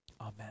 Amen